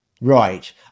Right